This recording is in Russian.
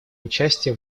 участие